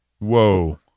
Whoa